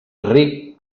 ric